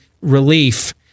relief